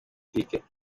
politiki